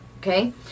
okay